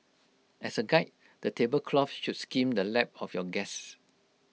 as A guide the table cloth should skim the lap of your guests